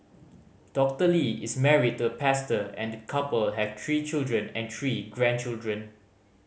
Doctor Lee is married to a pastor and the couple have tree children and tree grandchildren